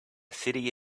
city